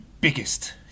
biggest